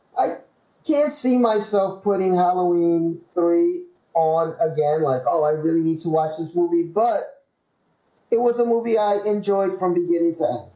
i can't see myself putting halloween three on again like all i really need to watch this movie, but it was a movie. i enjoyed from beginning to